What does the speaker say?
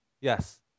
Yes